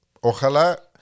ojalá